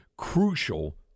crucial